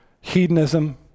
hedonism